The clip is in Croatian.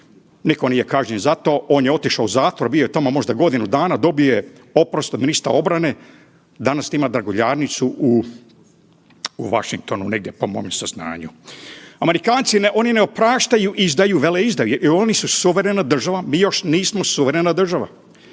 nitko nije kažnjen za to, on je otišao u zatvor, bio je tamo možda godinu dana, dobije oprost od ministra obrane. Danas ima draguljarnicu u Washingtonu, negdje po mome saznanju. Amerikanci, oni ne opraštaju izdaju, veleizdaju, jer oni su suverena država, mi još nismo suverena država